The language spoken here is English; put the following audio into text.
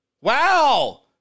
Wow